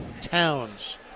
towns